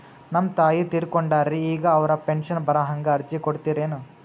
ನಮ್ ತಾಯಿ ತೀರಕೊಂಡಾರ್ರಿ ಈಗ ಅವ್ರ ಪೆಂಶನ್ ಬರಹಂಗ ಅರ್ಜಿ ಕೊಡತೀರೆನು?